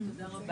(הצגת מצגת) תודה רבה.